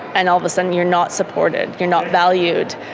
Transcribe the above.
and all of a sudden you're not supported, you're not valued,